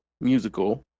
musical